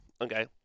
okay